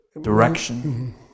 direction